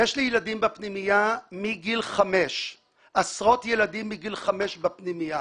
יש לי ילדים בפנימייה מגיל 5. עשרות ילדים מגיל 5 בפנימייה.